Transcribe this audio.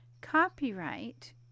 Copyright